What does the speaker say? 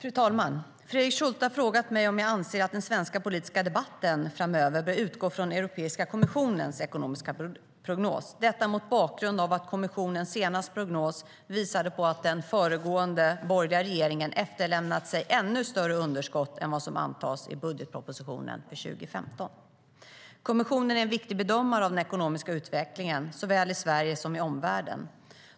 Fru talman! Fredrik Schulte har frågat mig om jag anser att den svenska politiska debatten framöver bör utgå ifrån Europeiska kommissionens ekonomiska prognos - detta mot bakgrund av att kommissionens senaste prognos visade på att den föregående regeringen efterlämnat ett större underskott än vad som antas i budgetpropositionen för 2015. Kommissionen är en viktig bedömare av den ekonomiska utvecklingen, såväl i Sverige som i omvärlden.